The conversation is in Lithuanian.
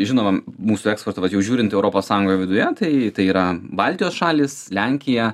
žinoma mūsų eksporto bet jau žiūrint europos sąjungoj viduje tai yra baltijos šalys lenkija